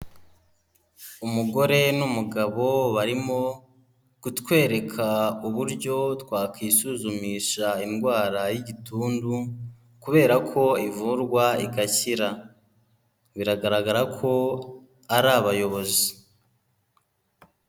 Umugore n'umugabo barimo kutwereka uburyo twakisuzumisha indwara y'igituntu kubera ko ivurwa igakira. Biragaragara ko ari abayobozi.